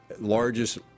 largest